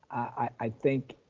i think